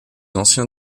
anciens